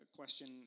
question